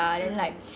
mm